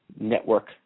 Network